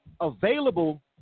available